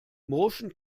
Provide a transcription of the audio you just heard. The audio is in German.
motion